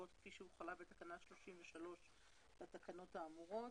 לרבות כפי שהוחלה בתקנה 33 לתקנות האמורות.